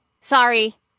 Sorry